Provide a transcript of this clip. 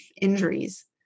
injuries